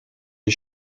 les